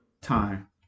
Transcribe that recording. time